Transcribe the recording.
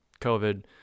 COVID